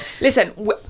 listen